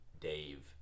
Dave